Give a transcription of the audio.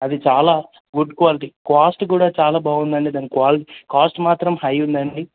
అది చాలా good quality cost కూడా చాలా బాగుందండి దాని క్వాలి కాస్ట్ మాత్రం హై ఉందండి